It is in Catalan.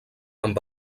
amb